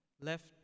left